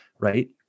Right